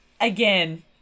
again